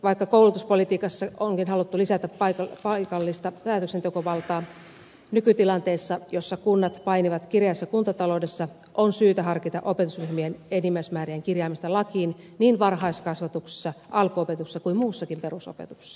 vaikka koulutuspolitiikassa onkin haluttu lisätä paikallista päätöksentekovaltaa niin nykytilanteessa jossa kunnat painivat kireässä kuntataloudessa on syytä harkita opetusryhmien enimmäismäärien kirjaamista lakiin niin varhaiskasvatuksessa alkuopetuksessa kuin muussakin perusopetuksessa